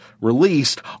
released